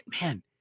man